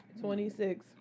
26